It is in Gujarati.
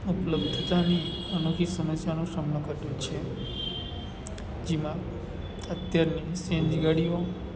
ઉપલબ્ધતાની અનોખી સમસ્યાનો સામનો કર્યો છે જેમાં અત્યારની સીએનજી ગાડીઓ